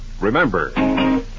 remember